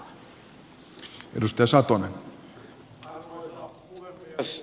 arvoisa puhemies